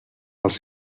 alts